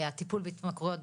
הטיפול בהתמכרויות,